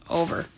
over